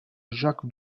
jacques